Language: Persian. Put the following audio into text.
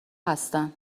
هستن